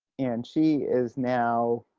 and she is now.